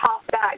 halfback